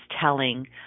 telling